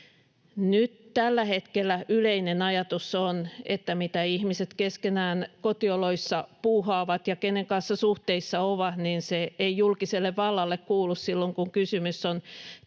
Nyt tällä hetkellä yleinen ajatus on, että se, mitä ihmiset keskenään kotioloissa puuhaavat ja kenen kanssa suhteissa ovat, ei julkiselle vallalle kuulu silloin, kun kysymys on